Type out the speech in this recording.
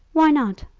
why not?